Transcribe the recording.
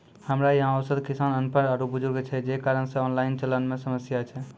हमरा यहाँ औसत किसान अनपढ़ आरु बुजुर्ग छै जे कारण से ऑनलाइन चलन मे समस्या छै?